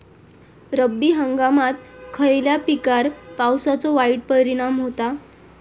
रब्बी हंगामात खयल्या पिकार पावसाचो वाईट परिणाम होता?